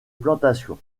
plantation